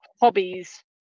hobbies